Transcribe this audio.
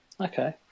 Okay